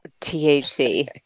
THC